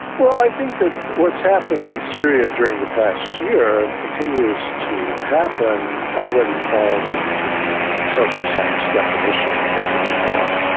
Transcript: i think that what's happened in syria during the past year, and continues to happen, already falls into the social science definition of a civil war.